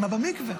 אימא במקווה.